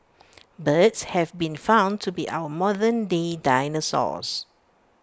birds have been found to be our modernday dinosaurs